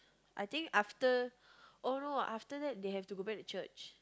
I think after oh no after that they have to go back to church